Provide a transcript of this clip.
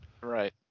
Right